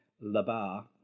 La-Bar